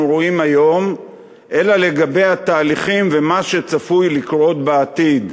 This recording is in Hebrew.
רואים היום אלא לגבי התהליכים ומה שצפוי לקרות בעתיד,